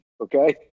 okay